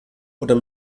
oder